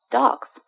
dogs